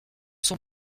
sont